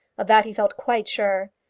of that he felt quite sure.